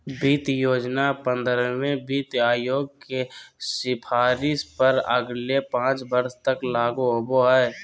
वित्त योजना पंद्रहवें वित्त आयोग के सिफारिश पर अगले पाँच वर्ष तक लागू होबो हइ